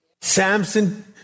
Samson